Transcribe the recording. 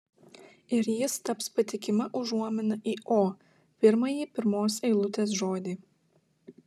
ir jis taps patikima užuomina į o pirmąjį pirmos eilutės žodį